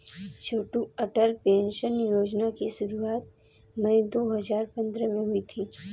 छोटू Atal pension Yojana की शुरुआत मई दो हज़ार पंद्रह में हुई थी